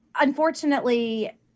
unfortunately